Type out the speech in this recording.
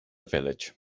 village